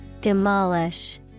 Demolish